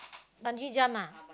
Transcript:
bungee jump ah